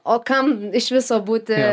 o kam iš viso būti